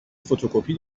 فتوکپی